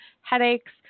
headaches